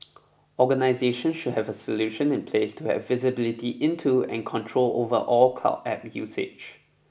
organisations should have a solution in place to have visibility into and control over all cloud App usage